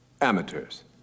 amateurs